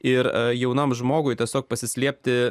ir jaunam žmogui tiesiog pasislėpti